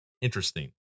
interesting